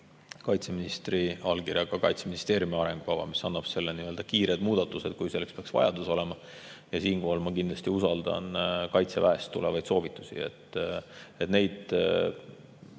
kaitseministri allkirjaga Kaitseministeeriumi arengukava, mis annab need kiired muudatused, kui selleks peaks vajadus olema. Ja siinkohal ma kindlasti usaldan Kaitseväest tulevaid soovitusi. Neid